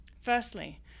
Firstly